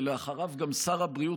ואחריו גם שר הבריאות,